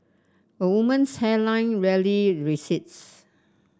a woman's hairline rarely recedes